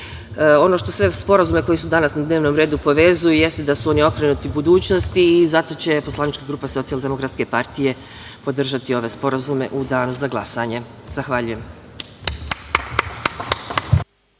80%.Ono što sve sporazume koji su danas na dnevnom redu povezuje jeste da su oni okrenuti budućnosti i zato će poslanička grupa Socijaldemokratske partije podržati ove sporazume u danu za glasanje. **Stefan